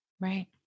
Right